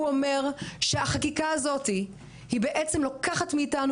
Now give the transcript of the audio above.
הוא אומר שהחקיקה הזאת היא בעצם לוקחת מאיתנו,